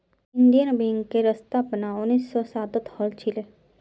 Indian बैंकेर स्थापना उन्नीस सौ सातत हल छिले